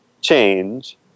change